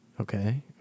Okay